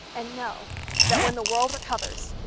and know that when the world recovers,